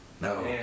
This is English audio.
No